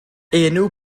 enw